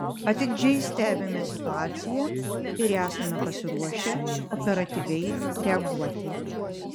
atidžiai stebime situaciją ir esame pasiruošę operatyviai reaguoti